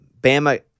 Bama